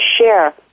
share